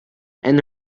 and